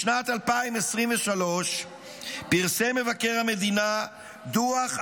בשנת 2023 פרסם מבקר המדינה דוח,